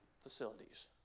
facilities